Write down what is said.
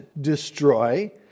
destroy